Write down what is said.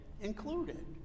included